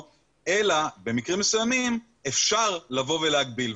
אלא במקרים מסוימים אפשר לבוא ולהגביל.